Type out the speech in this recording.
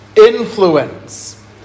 Influence